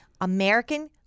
American